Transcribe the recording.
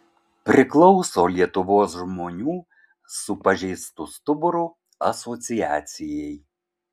priklauso lietuvos žmonių su pažeistu stuburu asociacijai